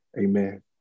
Amen